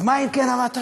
אז מה אם כן המטרה?